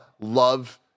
Love